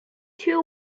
two